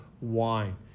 wine